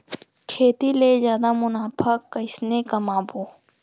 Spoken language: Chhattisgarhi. खेती ले जादा मुनाफा कइसने कमाबो?